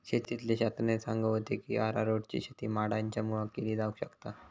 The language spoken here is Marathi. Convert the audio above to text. शेतीतले शास्त्रज्ञ सांगा होते की अरारोटची शेती माडांच्या मुळाक केली जावक शकता